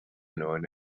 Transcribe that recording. known